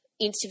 interview